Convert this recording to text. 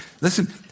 Listen